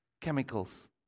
chemicals